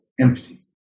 empty